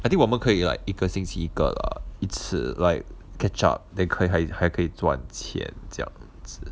I think 我们可以 like 一个星期一个 lah 一次 like catch up then 可以还还可以赚钱这样子